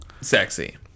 sexy